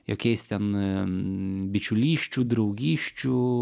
jokiais ten bičiulysčių draugysčių